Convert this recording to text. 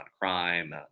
crime